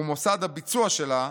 ומוסד הביצוע שלה,